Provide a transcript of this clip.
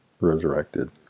resurrected